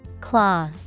Claw